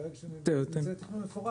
ברגע שייצא תכנון מפורט,